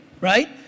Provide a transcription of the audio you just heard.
right